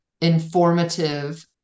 informative